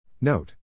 Note